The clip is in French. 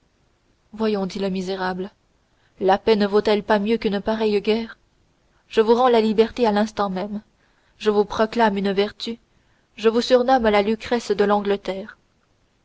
voyons dit le misérable la paix ne vaut-elle pas mieux qu'une pareille guerre je vous rends la liberté à l'instant même je vous proclame une vertu je vous surnomme la lucrèce de l'angleterre